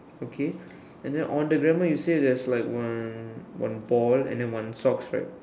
okay then on the grandma you say got like one one ball and one sock right